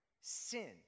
Sin